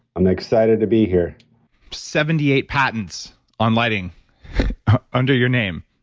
i'm excited to be here seventy eight patents on lighting under your name,